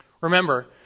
Remember